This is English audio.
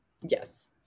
Yes